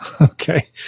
okay